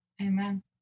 Amen